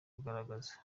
kugaragaza